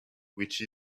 which